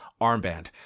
armband